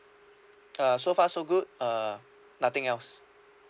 uh so far so good uh nothing else